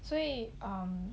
所以 um